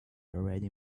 already